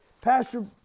pastor